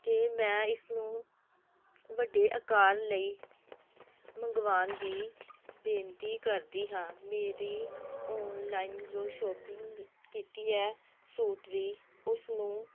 ਅਤੇ ਮੈਂ ਇਸਨੂੰ ਵੱਡੇ ਆਕਾਰ ਲਈ ਮੰਗਵਾਉਣ ਦੀ ਬੇਨਤੀ ਕਰਦੀ ਹਾਂ ਮੇਰੀ ਓਨਲਾਈਨ ਜੋ ਸ਼ੋਪਿੰਗ ਕੀਤੀ ਹੈ ਸੂਟ ਦੀ ਉਸ ਨੂੰ